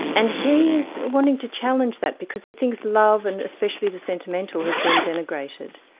and he is wanting to challenge that because he thinks love, and especially the sentimental, has been denigrated.